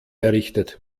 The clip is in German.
errichtet